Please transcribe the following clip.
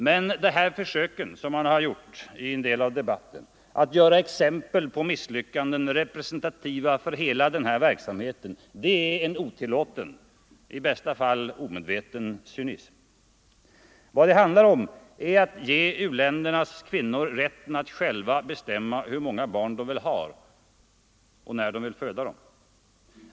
Men de försök man gjort i en del debatter att göra exempel på misslyckanden representativa för hela denna verksamhet är en otillåten, i bästa fall omedveten, cynism. Vad det handlar om är att ge u-ländernas kvinnor rätten att själva bestämma hur många barn de vill ha och när de vill föda dem.